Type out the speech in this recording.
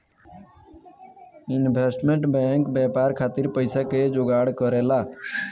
investment bank व्यापार खातिर पइसा के जोगार करेला